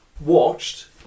watched